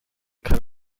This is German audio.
kann